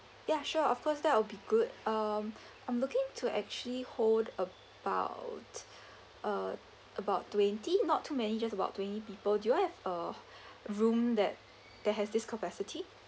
ya sure of course that will be good um I'm looking to actually hold about uh about twenty not too many just about twenty people do you all have a room that that has this capacity